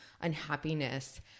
unhappiness